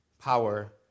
power